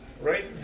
Right